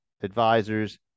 advisors